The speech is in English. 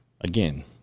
Again